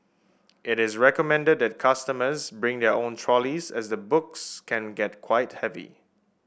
it is recommended that customers bring their own trolleys as the books can get quite heavy